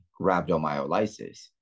rhabdomyolysis